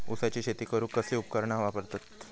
ऊसाची शेती करूक कसली उपकरणा वापरतत?